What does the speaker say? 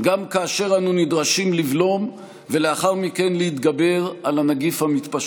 גם כאשר אנו נדרשים לבלום את הנגיף המתפשט ולאחר מכן להתגבר עליו.